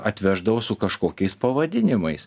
atveždavo su kažkokiais pavadinimais